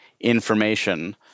information